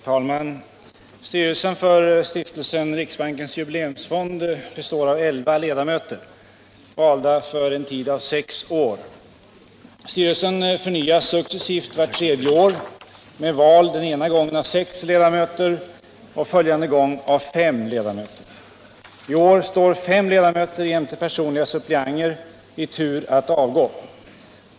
Herr talman! Styrelsen för Stiftelsen Riksbankens jubileumsfond består av elva ledamöter, valda för en tid av sex år. Styrelsen förnyas successivt vart tredje år med val den ena gången av sex ledamöter och följande gång av fem ledamöter. I år står fem ledamöter jämte personliga suppleanter i tur att avgå.